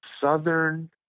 southern